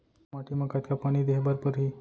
कोन माटी म कतका पानी देहे बर परहि?